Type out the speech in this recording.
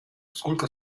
сколько